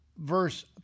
verse